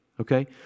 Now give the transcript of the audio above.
okay